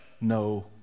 no